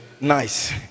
nice